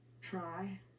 Try